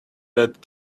that